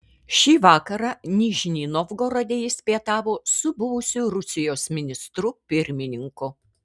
šį vakarą nižnij novgorode jis pietavo su buvusiu rusijos ministru pirmininku